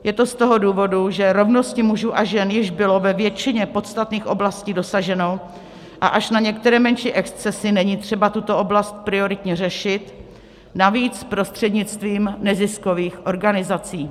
Je to z toho důvodu, že rovnosti mužů a žen již bylo ve většině podstatných oblastí dosaženo a až na některé menší excesy není třeba tuto oblast prioritně řešit, navíc prostřednictvím neziskových organizací.